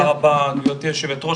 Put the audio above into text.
תודה רבה גבירתי היושבת ראש.